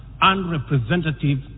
unrepresentative